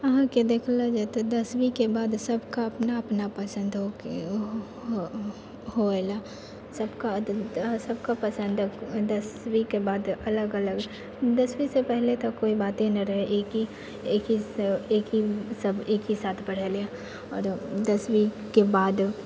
अहाँकेँ देखलो जाइ तऽ दशमीके बाद सबकऽ अपना अपना पसन्द होइ ला सबकऽ पसन्द दसवींके बाद अलग अलग दसवींसँ पहिने तऽ कोई बाते नहि रहै कि एक ही सब एक ही साथ पढ़ल यऽ आओर दसवींके बाद